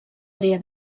àrea